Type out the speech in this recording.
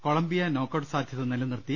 Colombia knockout സാധ്യത നിലനിർത്തി